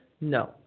No